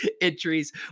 entries